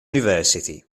university